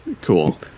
Cool